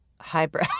highbrow